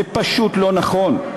זה פשוט לא נכון.